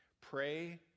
pray